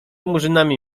murzynami